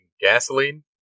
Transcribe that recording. gasoline